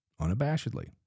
unabashedly